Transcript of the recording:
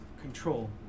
control